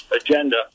agenda